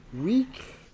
Week